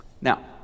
Now